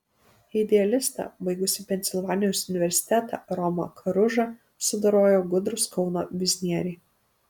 idealistą baigusį pensilvanijos universitetą romą karužą sudorojo gudrūs kauno biznieriai